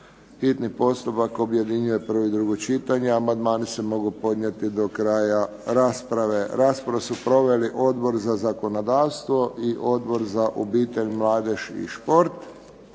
hitni postupak objedinjuje prvo i drugo čitanje. Amandmani se mogu podnijeti do kraja rasprave. Raspravu su proveli Odbor za zakonodavstvo i Odbor za obitelj, mladež i šport.